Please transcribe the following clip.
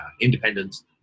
independence